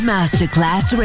Masterclass